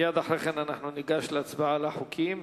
מייד אחרי כן ניגש להצבעה על החוקים.